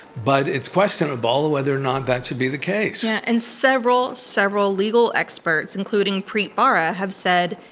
but it's questionable whether or not that should be the case. yeah and several, several legal experts including preet bharara, have said,